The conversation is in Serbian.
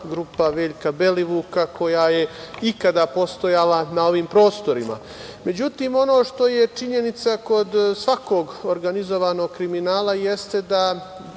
grupa Veljka Belivuka koja je ikada postojala na ovim prostorima.Međutim, ono što je činjenica kod svakog organizovanog kriminala jeste da